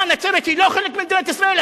מה, נצרת היא לא חלק ממדינת ישראל?